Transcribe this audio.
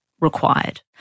required